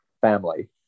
family